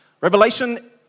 Revelation